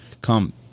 come